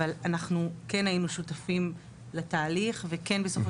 אבל כן היינו שותפים לתהליך וכן בסופו